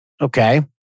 Okay